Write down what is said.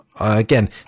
again